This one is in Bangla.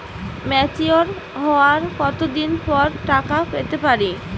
ম্যাচিওর হওয়ার কত দিন পর টাকা পেতে পারি?